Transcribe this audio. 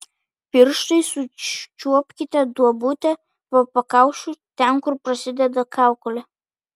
pirštais užčiuopkite duobutę po pakaušiu ten kur prasideda kaukolė